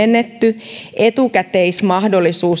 on pienennetty etukäteismaksu